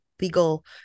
legal